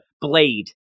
Blade